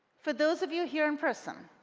for those of you here in person,